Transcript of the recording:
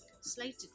slated